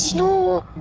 know